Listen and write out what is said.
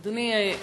אדוני,